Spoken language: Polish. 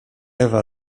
ewa